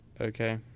okay